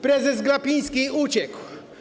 Prezes Glapiński uciekł.